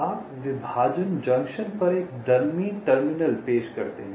आप विभाजन जंक्शन पर एक डमी टर्मिनल पेश करते हैं